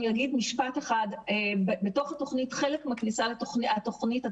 חלק מהכניסה לתוכנית,